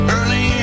Early